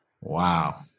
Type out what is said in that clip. Wow